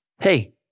Hey